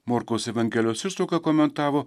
morkaus evangelijos ištrauka komentavo